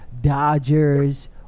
Dodgers